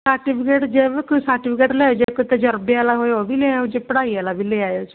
certificate reserve ਕੋਈ certificate ਸਿਆਓ ਜੇ ਕੋਈ ਤਜਰਬੇ ਆਲਾ ਹੋਵੇ ਉਹ ਵੀ ਲੈ ਆਓ ਜੇ ਪੜਾਈ ਵਾਲਾ ਵੀ ਲੈ ਆਇਓ ਜੀ